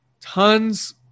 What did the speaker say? Tons